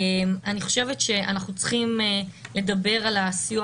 אני חושבת שאנחנו צריכים לדבר על הסיוע